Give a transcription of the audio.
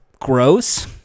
Gross